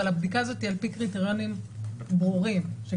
אבל הבדיקה הזו היא על פי קריטריונים ברורים שקבועים